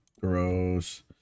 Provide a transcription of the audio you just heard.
Gross